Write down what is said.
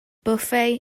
bwffe